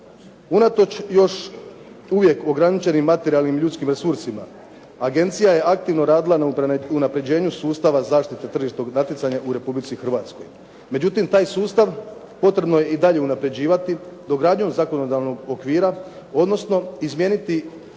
Unatoč još uvijek ograničenim materijalnim ljudskim resursima, agencija je aktivno radila na unapređenju sustava zaštite tržišnog natjecanja u Republici Hrvatskoj. Međutim taj sustav potrebno je i dalje unapređivati dogradnjom zakonodavnog okvira, odnosno izmijeniti